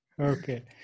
okay